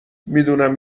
میدونم